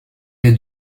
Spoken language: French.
est